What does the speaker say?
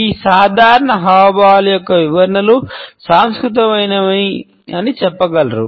ఈ సాధారణ హావభావాల యొక్క వివరణలు సాంస్కృతికమైనవి అని చెప్పగలరు